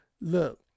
Look